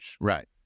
Right